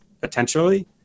potentially